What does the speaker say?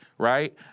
Right